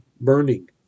burning